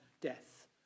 death